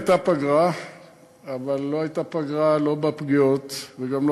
הייתה פגרה אבל לא הייתה פגרה לא בפגיעות וגם לא